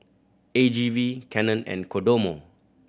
A G V Canon and Kodomo